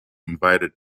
invited